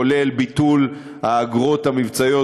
כולל ביטול האגרות המבצעיות,